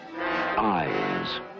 eyes